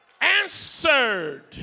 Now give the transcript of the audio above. answered